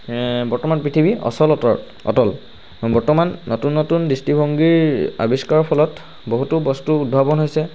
বৰ্তমান পৃথিৱী অচল অটল বৰ্তমান নতুন নতুন দৃষ্টিভংগীৰ আৱিষ্কাৰৰ ফলত বহুতো বস্তু উদ্ভাৱন হৈছে